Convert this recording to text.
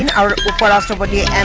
and are plastered